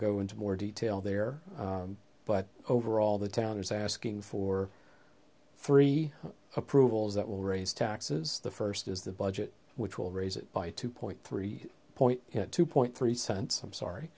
go into more detail there but overall the town is asking for three approvals that will raise taxes the first is the budget which will raise it by two point three point two point three cents i'm